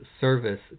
service